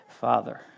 Father